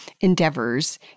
endeavors